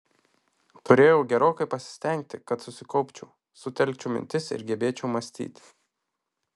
turėjau gerokai pasistengti kad susikaupčiau sutelkčiau mintis ir gebėčiau mąstyti